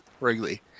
Wrigley